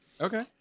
Okay